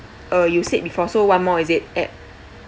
uh you said before so one more is it add